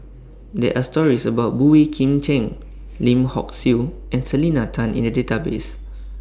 There Are stories about Boey Kim Cheng Lim Hock Siew and Selena Tan in The Database